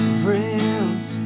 friends